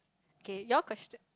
okay your question